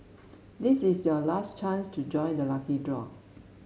this is your last chance to join the lucky draw